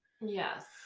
Yes